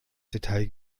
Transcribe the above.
detail